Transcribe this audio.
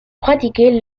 pratiquer